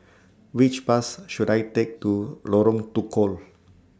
Which Bus should I Take to Lorong Tukol